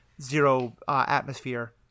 zero-atmosphere